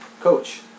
coach